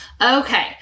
Okay